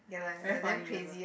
very funny also